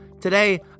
Today